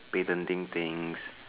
bending things